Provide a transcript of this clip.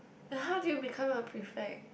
and how did you become a prefect